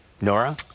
Nora